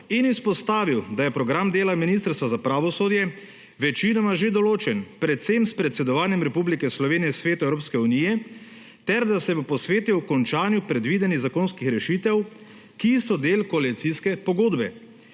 in izpostavil, da je program dela Ministrstva za pravosodje večinoma že določen predvsem s predsedovanjem Republike Slovenije Sveta Evropske unije ter da se bo posvetil končanju predvidenih zakonskih rešitev, ki so del koalicijske pogodbe.